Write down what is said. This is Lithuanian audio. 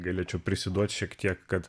galėčiau prisiduot šiek tiek kad